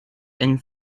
and